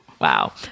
Wow